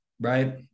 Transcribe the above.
right